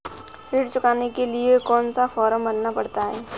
ऋण चुकाने के लिए कौन सा फॉर्म भरना पड़ता है?